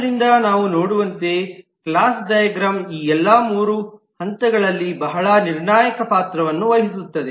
ಆದ್ದರಿಂದ ನಾವು ನೋಡುವಂತೆ ಕ್ಲಾಸ್ ಡೈಗ್ರಾಮ್ ಈ ಎಲ್ಲಾ 3 ಹಂತಗಳಲ್ಲಿ ಬಹಳ ನಿರ್ಣಾಯಕ ಪಾತ್ರವನ್ನು ವಹಿಸುತ್ತದೆ